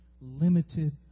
limited